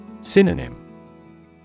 Synonym